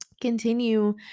Continue